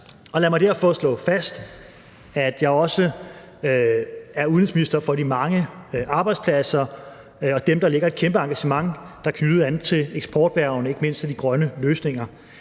lad mig derfor slå fast, at jeg også er udenrigsminister for de mange arbejdspladser og dem, der lægger et kæmpe engagement, der er knyttet an til eksporterhvervene, ikke mindst til de grønne løsninger.